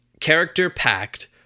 character-packed